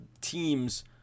teams